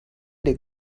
they